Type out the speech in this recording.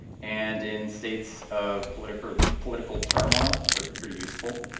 and in states of political political turmoil. they're pretty useful.